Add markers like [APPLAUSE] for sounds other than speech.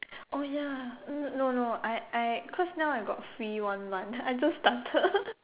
oh ya n~ no no I I cause now I got free one month I just started [LAUGHS]